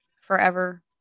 forever